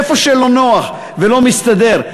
איפה שלא נוח ולא מסתדר,